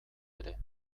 ere